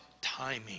timing